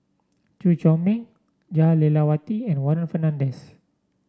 Chew Chor Meng Jah Lelawati and Warren Fernandez